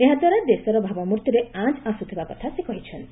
ଏହାଦ୍ୱାରା ଦେଶର ଭାବମୂର୍ତ୍ତିରେ ଆଞ୍ ଆସ୍ତଥିବା ସେ କହିଛନ୍ତି